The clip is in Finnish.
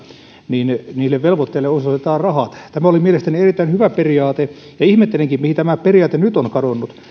niin niille velvoitteille osoitetaan rahat tämä oli mielestäni erittäin hyvä periaate ja ihmettelenkin mihin tämä periaate nyt on kadonnut